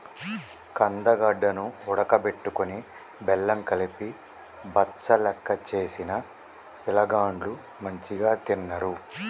కందగడ్డ ను ఉడుకబెట్టుకొని బెల్లం కలిపి బచ్చలెక్క చేసిన పిలగాండ్లు మంచిగ తిన్నరు